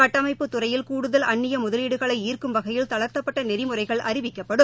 கட்டமைப்பு துறையில் கூடுதல் அந்நிய முதலீடுகளை ஈர்க்கும் வகையில் தளர்த்தப்பட்ட நெறிமுறைகள் அறிவிக்கப்படும்